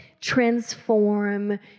transform